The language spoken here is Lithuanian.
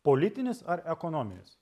politinis ar ekonominis